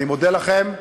אני מודה לכם.